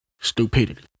Stupidity